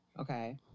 Okay